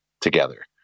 together